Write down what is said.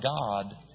God